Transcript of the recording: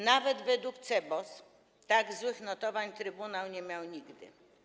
Nawet według CBOS tak złych notowań trybunał nie miał nigdy.